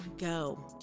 go